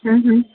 हूं हूं